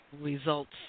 results